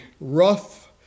rough